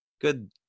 good